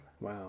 Wow